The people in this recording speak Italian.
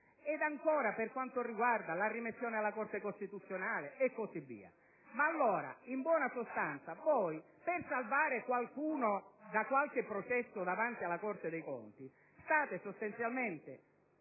Lo stesso per quanto riguarda la remissione alla Corte costituzionale, e così via. Allora, in buona sostanza, per salvare qualcuno da qualche processo davanti alla Corte dei conti, state sostanzialmente